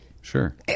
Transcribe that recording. Sure